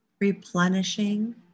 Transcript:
replenishing